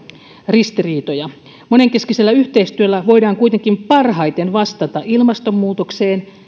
ristiriitoja monenkeskisellä yhteistyöllä voidaan kuitenkin parhaiten vastata ilmastonmuutokseen